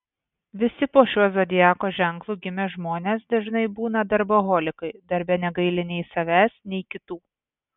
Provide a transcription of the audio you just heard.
visi po šiuo zodiako ženklu gimę žmonės dažnai būna darboholikai darbe negaili nei savęs nei kitų